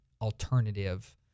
alternative